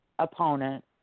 opponent